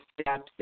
steps